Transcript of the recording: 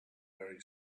very